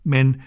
Men